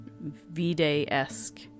V-Day-esque